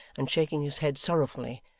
and shaking his head sorrowfully,